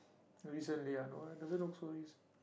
recently ah no leh doesn't look so recent